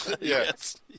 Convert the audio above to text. Yes